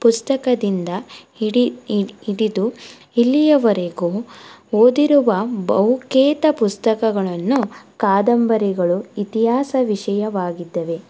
ಪುಸ್ತಕದಿಂದ ಹಿಡಿ ಹಿಡಿದು ಇಲ್ಲಿಯವರೆಗೂ ಓದಿರುವ ಬಹುತೇಕ ಪುಸ್ತಕಗಳನ್ನು ಕಾದಂಬರಿಗಳು ಇತಿಹಾಸ ವಿಷಯವಾಗಿದ್ದಾವೆ